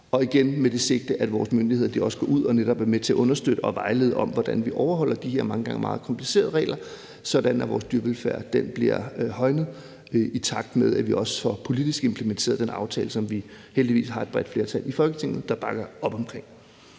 gjort med det sigte, at vores myndigheder også skal gå ud og netop være med til at understøtte og vejlede om, hvordan man overholder de her ofte meget komplicerede regler, sådan at vores dyrevelfærd bliver højnet, i takt med at vi også politisk får implementeret den aftale, som vi heldigvis har et bredt flertal i Folketinget der bakker op omkring.